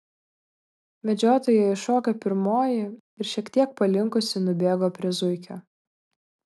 medžiotoja iššoko pirmoji ir šiek tiek palinkusi nubėgo prie zuikio